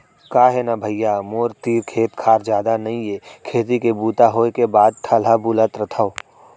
का हे न भइया मोर तीर खेत खार जादा नइये खेती के बूता होय के बाद ठलहा बुलत रथव